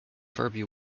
ferbey